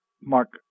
Mark